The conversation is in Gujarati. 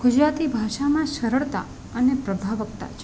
ગુજરાતી ભાષામાં સરળતા અને પ્રભાવક્તા છે